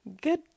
good